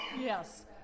Yes